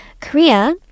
korea